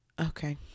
okay